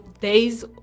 days